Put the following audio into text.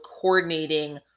coordinating